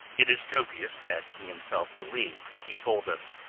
it is dubious that he himself believed what he told us.